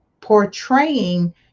portraying